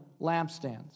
lampstands